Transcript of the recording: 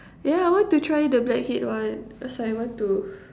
yeah I want to try the blackhead one cause I want to